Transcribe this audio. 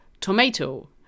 tomato